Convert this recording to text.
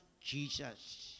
Jesus